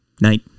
night